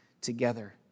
together